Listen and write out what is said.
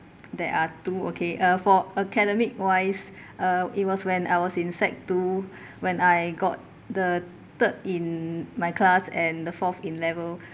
there are two okay uh for academic wise uh it was when I was in sec two when I got the third in my class and the fourth in level